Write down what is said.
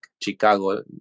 Chicago